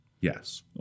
Yes